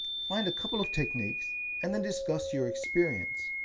find a couple of techniques and then discuss your experience,